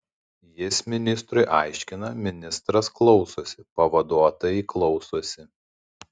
jis ministrui aiškina ministras klausosi pavaduotojai klausosi